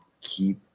keep